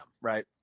right